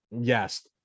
Yes